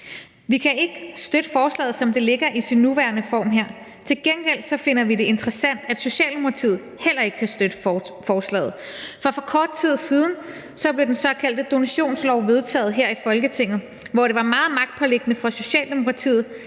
Vi kan ikke støtte forslaget, som det ligger i sin nuværende form her. Til gengæld finder vi det interessant, at Socialdemokratiet heller ikke kan støtte forslaget. For for kort tid siden blev den såkaldte donationslov vedtaget her i Folketinget, hvor det var meget magtpåliggende for Socialdemokratiet,